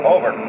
Over